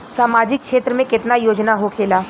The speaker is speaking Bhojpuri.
सामाजिक क्षेत्र में केतना योजना होखेला?